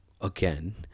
again